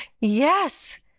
yes